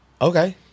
Okay